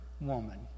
woman